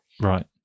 Right